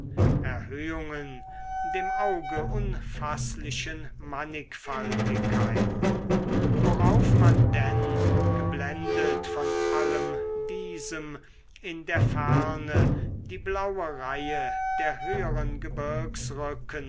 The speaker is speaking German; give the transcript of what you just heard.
erhöhungen dem auge unfaßlichen mannigfaltigkeiten worauf man denn geblendet von allem diesem in der ferne die blaue reihe der höheren